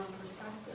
perspective